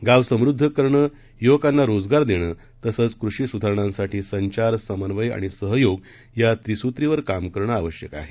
गावसमृद्धकरणं युवकांनारोजगारदेणंतसंचकृषिसुधारणांसाठीसंचार समन्वयआणिसहयोगयात्रिसूत्रीवरकामकरणंआवश्यकआहे